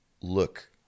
look